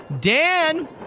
Dan